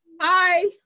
Hi